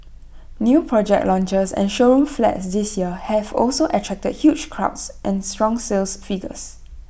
new project launches and showroom flats this year have also attracted huge crowds and strong sales figures